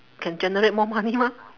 can generate more money mah